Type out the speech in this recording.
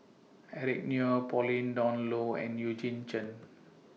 Eric Neo Pauline Dawn Loh and Eugene Chen